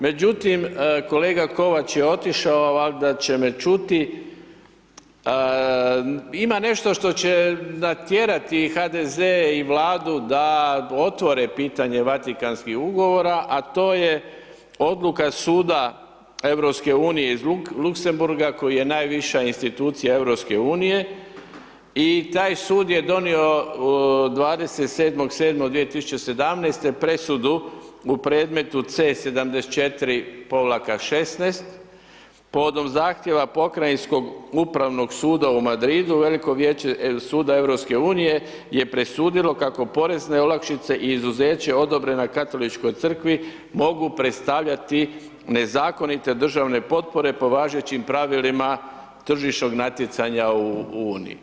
Međutim, kolega Kovač je otišao, valjda će me čuti, ima nešto što će natjerati HDZ i vladu da otvore pitanje Vatikanskih ugovora, a to je, odluka suda EU iz Luksemburga koja je najviša institucija EU, i taj sud je donio 27.7.2017. presudu u predmetu C74-16 povodom zahtjeva pokrajinskog Upravnog suda u Madridu, veliko vijeće suda EU, je presudilo kako porezne olakšice i izuzeće odobrena Katoličkoj crkvi, mogu predstavljati nezakonite državne potpore po važećim pravilima tržišnog natjecanja u Uniji.